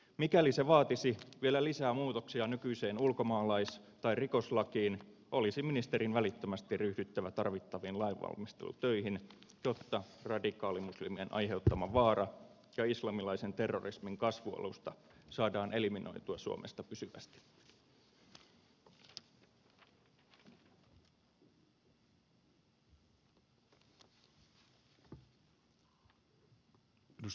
mikäli se vaatisi vielä lisää muutoksia nykyiseen ulkomaalais tai rikoslakiin olisi ministerin välittömästi ryhdyttävä tarvittaviin lainvalmistelutöihin jotta radikaalimuslimien aiheuttama vaara ja islamilaisen terrorismin kasvualusta saadaan eliminoitua suomesta pysyvästi